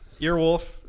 Earwolf